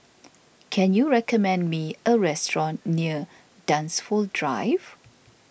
can you recommend me a restaurant near Dunsfold Drive